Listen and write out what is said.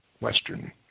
Western